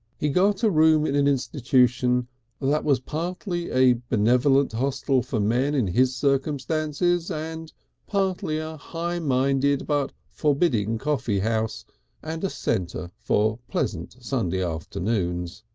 he got a room in an institution that was partly a benevolent hostel for men in his circumstances and partly a high minded but forbidding coffee house and a centre for pleasant sunday afternoons.